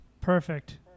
Perfect